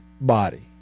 body